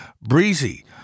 Breezy